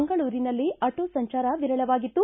ಮಂಗಳೂರಿನಲ್ಲಿ ಆಟೋ ಸಂಚಾರ ವಿರಳವಾಗಿತ್ತು